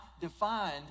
defined